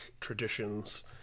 traditions